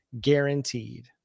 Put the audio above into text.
guaranteed